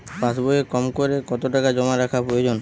পাশবইয়ে কমকরে কত টাকা জমা রাখা প্রয়োজন?